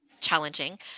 challenging